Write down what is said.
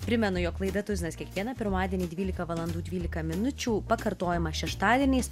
primenu jog laida tuzinas kiekvieną pirmadienį dvylika valandų dvylika minučių pakartojama šeštadieniais